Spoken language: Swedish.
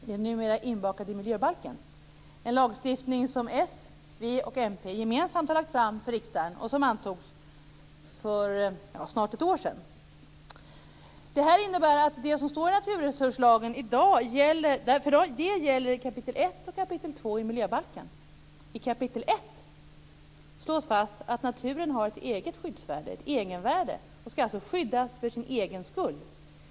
Den är inbakad i miljöbalken, en lagstiftning som s, v och mp gemensamt lade fram för riksdagen och som antogs för snart ett år sedan. Det innebär att det som stod i naturresurslagen i dag finns i kap. 1 och kap. 2 i miljöbalken. I kap. 1 slås fast att naturen har ett eget skyddsvärde, ett egenvärde, och alltså skall skyddas för sin egen skull.